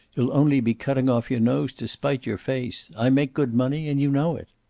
you'll only be cutting off your nose to spite your face. i make good money, and you know it.